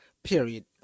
Period